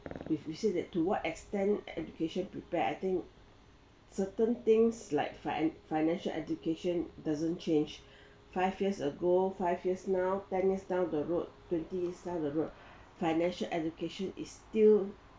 if you say that to what extent education prepare I think certain things like finan~ financial education doesn't change five years ago five years now ten years down the road twenty years down the road financial education is still